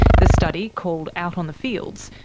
the study, called out on the fields,